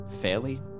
fairly